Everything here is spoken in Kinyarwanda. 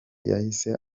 yahise